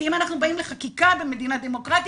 כי אם אנחנו באים לחקיקה במדינה דמוקרטית,